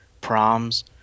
proms